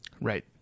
Right